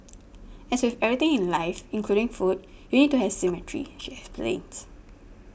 as with everything in life including food you need to have symmetry she explains